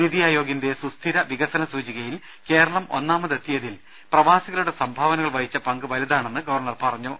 നിതി ആയോ ഗിന്റെ സുസ്ഥിര വികസന സൂചികയിൽ കേരളം ഒന്നാമതെത്തിയതിൽ പ്രവാസികളുടെ സംഭാവനകൾ വഹിച്ച പങ്ക് വലുതാണെന്ന് ഗവർണർ പറ ഞ്ഞു